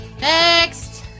Next